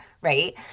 right